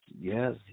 Yes